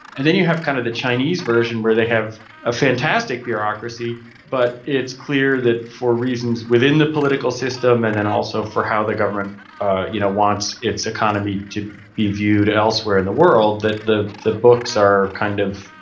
and then you have kind of the chinese version where they have a fantastic bureaucracy but it's clear that for reasons within the political system and then also for how the government ah you know wants its economy to be viewed elsewhere in the world, that the the books are kind of,